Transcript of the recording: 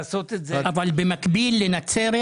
במקביל לנצרת,